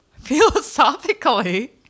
Philosophically